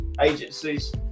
agencies